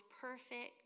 perfect